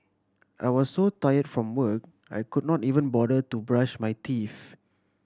I was so tired from work I could not even bother to brush my teeth